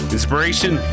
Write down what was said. Inspiration